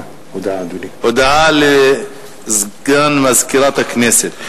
הודעה לסגן מזכירת הכנסת.